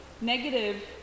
negative